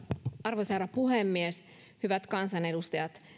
arvoisa herra puhemies hyvät kansanedustajat